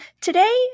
Today